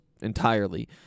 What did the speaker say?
entirely